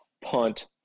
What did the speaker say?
punt